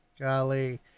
Golly